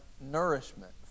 nourishment